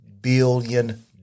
billion